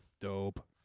dope